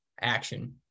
action